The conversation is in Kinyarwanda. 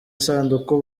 isanduku